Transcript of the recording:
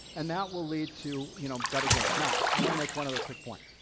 and that will lead to you know better gains. now i want to make one other quick point.